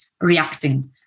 reacting